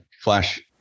Flash